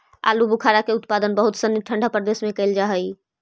आलूबुखारा के उत्पादन बहुत सनी ठंडा प्रदेश में कैल जा हइ